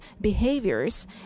behaviors